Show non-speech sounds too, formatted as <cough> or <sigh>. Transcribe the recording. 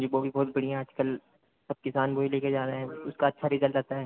जी वह भी बढ़िया आजकल अब किसान <unintelligible> लेकर जा रहे हैं उसका अच्छा रिजल्ट आता है